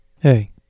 Hey